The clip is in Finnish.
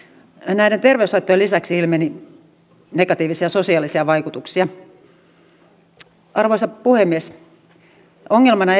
näiden terveyshaittojen lisäksi ilmeni negatiivisia sosiaalisia vaikutuksia arvoisa puhemies ongelmana